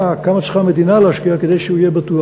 כמה צריכה המדינה להשקיע כדי שהוא יהיה בטוח,